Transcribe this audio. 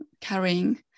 carrying